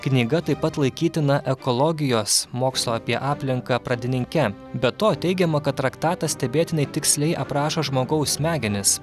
knyga taip pat laikytina ekologijos mokslo apie aplinką pradininke be to teigiama kad traktatas stebėtinai tiksliai aprašo žmogaus smegenis